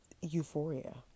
euphoria